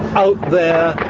out there,